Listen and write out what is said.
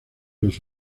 los